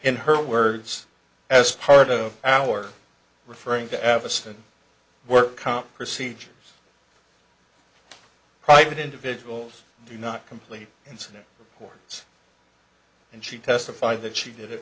in her words as part of our referring to evanston work comp procedures private individuals do not complete incident reports and she testified that she did it